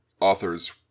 authors